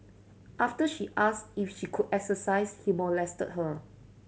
after she asked if she could exercise he molested her